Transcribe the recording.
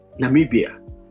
namibia